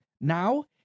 now